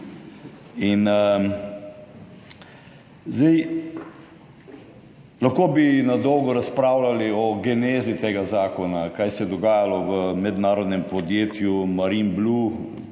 tej hiši. Lahko bi na dolgo razpravljali o genezi tega zakona, kaj se je dogajalo v mednarodnem podjetju Marinblu,